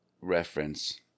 reference